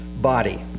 body